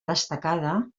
destacada